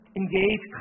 engage